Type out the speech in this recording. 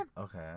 okay